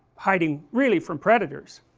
hiding, really from predators,